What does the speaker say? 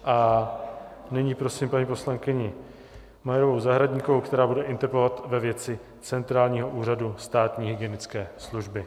A nyní prosím paní poslankyni Majerovou Zahradníkovou, která bude interpelovat ve věci centrálního úřadu státní hygienické služby.